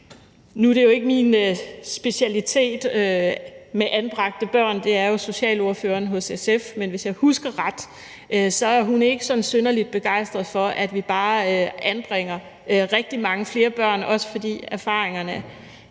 børn jo ikke min specialitet, men det er jo hos socialordføreren hos SF. Men hvis jeg husker ret, er hun ikke sådan synderlig begejstret for, at vi bare anbringer rigtig mange flere børn, også fordi erfaringerne